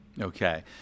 Okay